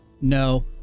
no